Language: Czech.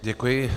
Děkuji.